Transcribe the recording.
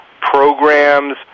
programs